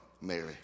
Mary